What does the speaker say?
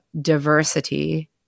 diversity